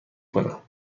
کنم